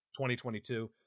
2022